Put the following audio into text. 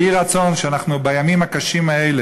יהי רצון שבימים הקשים האלה,